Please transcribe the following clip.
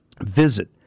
Visit